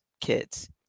kids